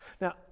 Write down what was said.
Now